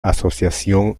asociación